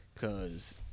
Cause